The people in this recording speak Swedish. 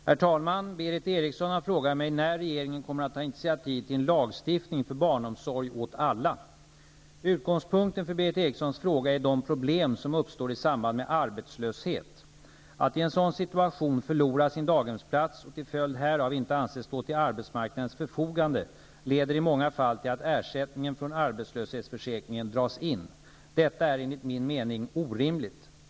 Herr talman! Berith Eriksson har frågat mig när regeringen kommer att ta initiativ till en lagstiftning för barnomsorg åt alla. Utgångspunkten för Berith Erikssons fråga är de problem som uppstår i samband med arbetslöshet. Att i en sådan situation förlora sin daghemsplats och till följd härav inte anses stå till arbetsmarknadens förfogande leder i många fall till att ersättningen från arbetslöshetsförsäkringen dras in. Detta är enligt min mening orimligt.